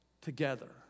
together